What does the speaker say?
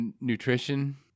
nutrition